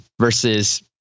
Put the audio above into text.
versus